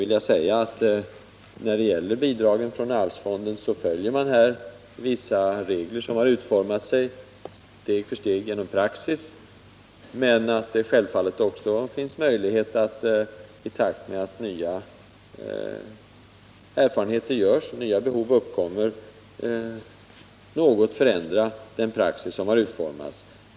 Vid beviljandet av bidrag från allmänna arvsfonden följer vi vissa regler, som har utvecklats steg för steg genom praxis. Självfallet finns det möjlighet att i takt med nya erfarenheter och nya behov något förändra denna praxis.